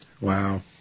Wow